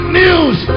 news